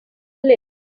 live